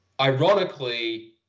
ironically